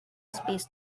space